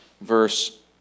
verse